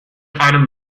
einem